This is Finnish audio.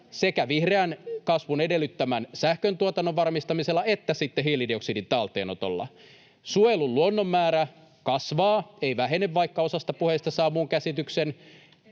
sekä vihreän kasvun edellyttämän sähköntuotannon varmistamisella että sitten hiilidioksidin talteenotolla. Suojellun luonnon määrä kasvaa, ei vähene, vaikka osasta puheista saa muun käsityksen.